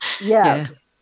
Yes